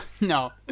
no